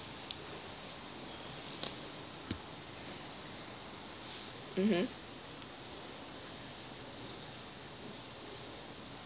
mmhmm